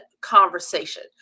conversation